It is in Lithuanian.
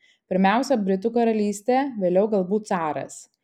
pirmiausia britų karalystė vėliau galbūt caras